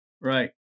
Right